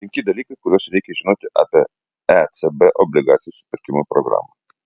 penki dalykai kuriuos reikia žinoti apie ecb obligacijų supirkimo programą